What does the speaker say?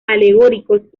alegóricos